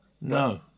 No